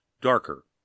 darker